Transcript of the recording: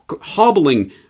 hobbling